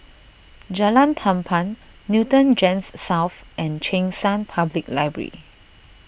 Jalan Tampang Newton Gems South and Cheng San Public Library